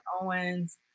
Owens